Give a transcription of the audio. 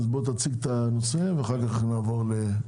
אז בוא תציג את הנושא ואחר כך נעבור לאחרים.